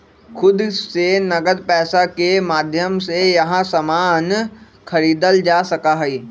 खुद से नकद पैसा के माध्यम से यहां सामान खरीदल जा सका हई